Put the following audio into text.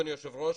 אדוני היו"ר,